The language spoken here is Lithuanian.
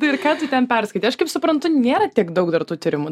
tai ir ką tu ten perskaitei aš kaip suprantu nėra tiek daug dar tų tyrimų